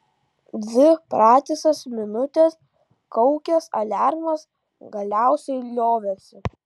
dvi pratisas minutes kaukęs aliarmas galiausiai liovėsi